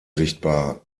sichtbar